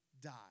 die